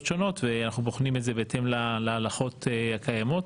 שונות ואנחנו בוחנים את זה בהתאם להלכות הקיימות